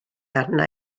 arna